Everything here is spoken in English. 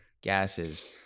gases